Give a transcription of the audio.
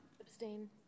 Abstain